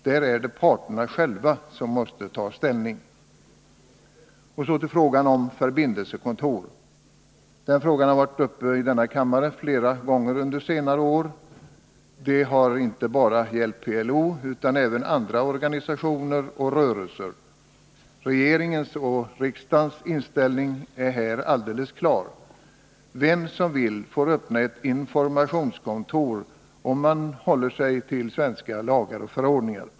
Där är det parterna själva som måste ta ställning. Så till frågan om ”förbindelsekontor”. Den har varit uppe i denna kammare flera gånger under senare år. Det har inte bara gällt PLO, utan även andra organisationer och rörelser. Regeringens och riksdagens inställning är här alldeles klar. Vem som vill får öppna ett informationskontor, om man bara håller sig till svenska lagar och förordningar.